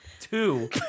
Two